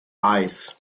eyes